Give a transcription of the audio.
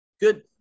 Good